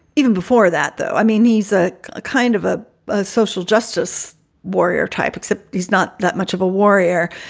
even before that, though, i mean, he's ah a kind of a a social justice warrior type, except he's not that much of a warrior.